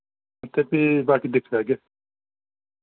ते फ्ही बाकी दिक्खी लैगे